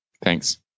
Thanks